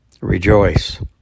rejoice